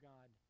God